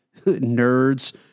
nerds